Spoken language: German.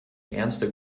ernste